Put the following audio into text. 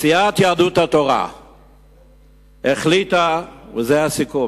סיעת יהדות התורה החליטה, זה הסיכום,